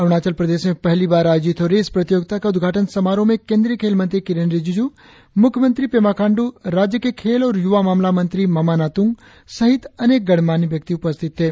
अरुणाचल प्रदेश में पहली बार आयोजित हो रही इस प्रतियोगिता के उद्घाटन समारोह में केंद्रीय खेल मंत्री किरेन रिजिजू मुख्यमंत्री पेमा खांडू राज्य के खेल और युवा मामला मंत्री मामा नातुंग सहित अनेक गणमान्य व्यक्ति उपस्थित थे